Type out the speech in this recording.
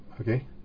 okay